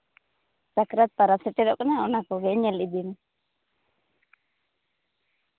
ᱥᱟᱠᱨᱟᱛ ᱯᱟᱨᱟᱵᱽ ᱥᱮᱴᱮᱨᱚᱜ ᱠᱟᱱᱟ ᱚᱱᱟ ᱠᱚᱜᱮ ᱧᱮᱞ ᱤᱫᱤ ᱢᱮ